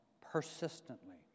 persistently